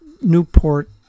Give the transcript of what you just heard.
Newport